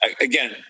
again